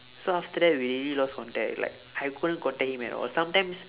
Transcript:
so after that we really lost contact like I couldn't contact him at all sometimes